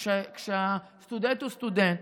כשהסטודנט הוא סטודנט,